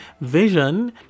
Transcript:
Vision